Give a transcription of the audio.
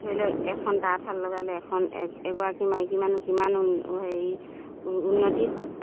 ধৰি লওক এখন তাঁতশাল লগালে এখন এগ এগৰাকী মাইকী মানুহ কিমান হেৰি উন্নতি হয়